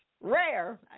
rare